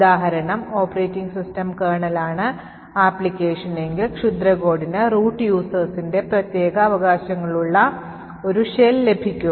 ഉദാഹരണം operating system കേർണലാണ് application എങ്കിൽ ക്ഷുദ്ര കോഡിന് root userൻറെ പ്രത്യേകാവകാശങ്ങളുള്ള ഒരു ഷെൽ ലഭിക്കും